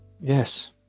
yes